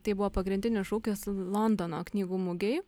tai buvo pagrindinis šūkis londono knygų mugėj